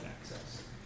access